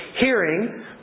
hearing